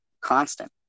constant